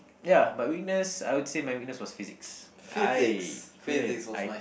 ya my weakness I would say my weakness was Physics I couldn't I